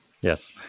Yes